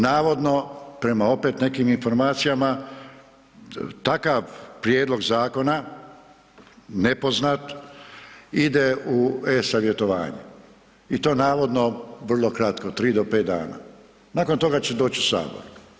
Navodno prema opet nekim informacijama, takav prijedlog zakona, nepoznat, ide u e-savjetovanje i to navodno vrlo kratko, 3 do 5 dana, nakon toga će doći u Sabor.